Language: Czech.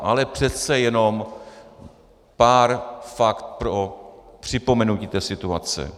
Ale přece jenom pár faktů pro připomenutí té situace.